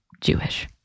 Jewish